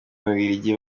bubiligi